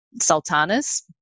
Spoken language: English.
sultanas